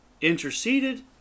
interceded